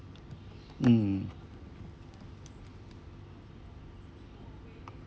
mm